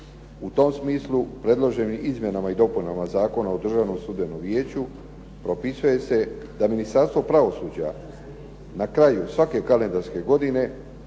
U tom smislu predloženim izmjenama i dopunama Zakona o državnom sudbenom vijeću propisuje se da Ministarstvo pravosuđa na kraju svake kalendarske godine